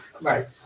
Right